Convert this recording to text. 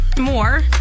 more